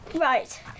Right